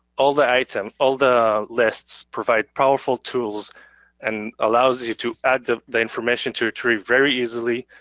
all the items, all the lists provide powerful tools and allows you to add the the information to your tree very easily,